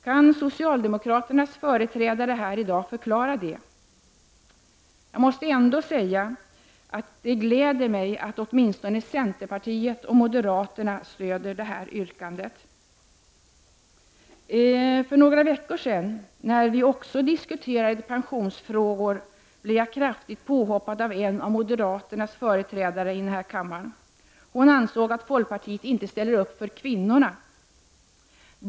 Kan socialdemokraternas företrädare här i dag förklara det? Jag måste ändå säga att det gläder mig att åtminstone centern och moderaterna stöder detta yrkande. För några veckor sedan, när vi också diskuterade pensionsfrågor, blev jag påhoppad av en av moderaternas företrädare i denna kammare. Hon ansåg att folkpartiet inte ställer upp för kvinnorna.